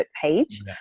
page